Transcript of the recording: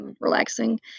relaxing